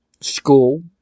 school